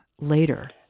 later